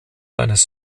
seines